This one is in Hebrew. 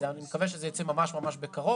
אני מקווה שזה יצא לדרך בקרוב.